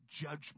judgment